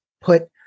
put